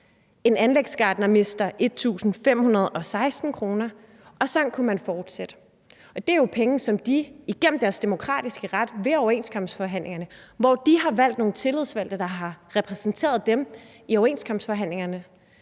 en anlægsgartner mister 1.516 kr., og sådan kunne man fortsætte. Det er jo penge, som de har opnået gennem deres demokratiske ret ved overenskomstforhandlingerne, hvor de har valgt nogle tillidsrepræsentanter, der har repræsenteret dem i overenskomstforhandlingerne